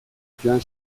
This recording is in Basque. joan